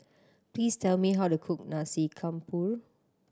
please tell me how to cook Nasi Campur